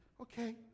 okay